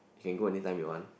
you can go anytime you want